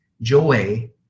joy